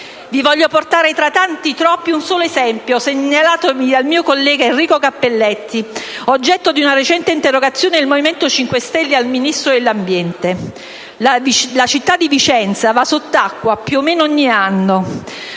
ve ne vorrei riportare uno segnalatomi dal mio collega Enrico Cappelletti, oggetto di una recente interrogazione del Movimento 5 Stelle al Ministero dell'ambiente. La città di Vicenza va sott'acqua più o meno ogni anno.